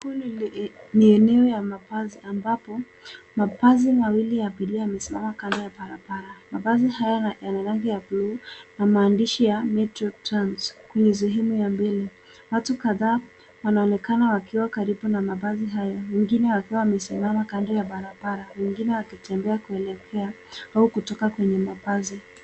Huu ni eneo ya mabasi ambapo mabasi mawili ya abiria wamesimama kando ya barabara mabasi haya yana rangi ya buluu na maandishi ya Metro Trans kwenye sehemu ya mbele. Watu kadhaa wanaonekana wakiwa karibu na mabasi haya, wengine wakiwa wamesimama kando ya barabara ,wengine wakitembea kuelekea au kutoka kwenye mabasi.